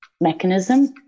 mechanism